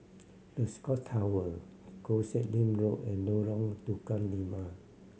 The Scott Tower Koh Sek Lim Road and Lorong Tukang Lima